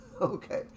okay